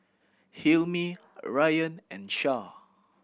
Hilmi Rayyan and Syah